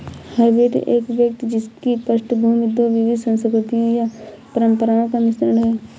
hybrid एक व्यक्ति जिसकी पृष्ठभूमि दो विविध संस्कृतियों या परंपराओं का मिश्रण है